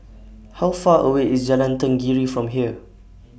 How Far away IS Jalan Tenggiri from here